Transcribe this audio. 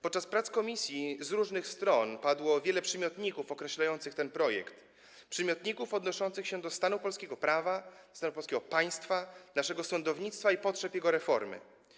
Podczas prac komisji z różnych stron padło wiele przymiotników określających ten projekt - przymiotników odnoszących się do stanu polskiego prawa, stanu polskiego państwa, naszego sądownictwa i potrzeb jego reformy.